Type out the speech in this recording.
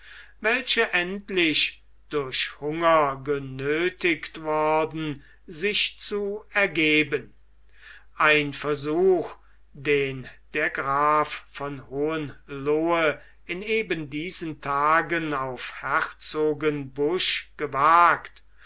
welche endlich durch hunger genöthigt worden sich zu ergeben ein versuch den der graf von hohenlohe in eben diesen tagen auf herzogenbusch gewagt